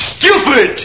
Stupid